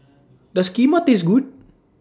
Does Kheema Taste Good